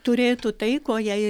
turėtų tai ko jai